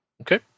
Okay